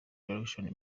direction